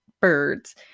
birds